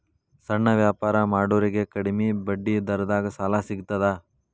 ಸಣ್ಣ ವ್ಯಾಪಾರ ಮಾಡೋರಿಗೆ ಕಡಿಮಿ ಬಡ್ಡಿ ದರದಾಗ್ ಸಾಲಾ ಸಿಗ್ತದಾ?